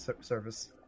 service